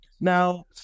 Now